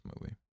movie